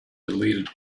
deleted